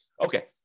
Okay